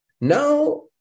Now